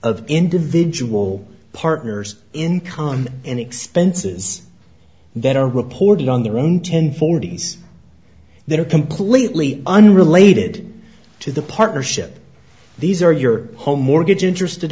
of individual partner's income and expenses that are reported on the one ten forty s that are completely unrelated to the partnership these are your home mortgage interest